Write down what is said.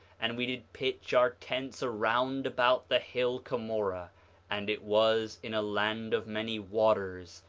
and we did pitch our tents around about the hill cumorah and it was in a land of many waters,